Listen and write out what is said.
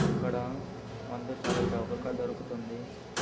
అక్కడ మందు చాలా చౌకగా దొరుకుతుంది